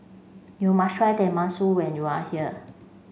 you must try Tenmusu when you are here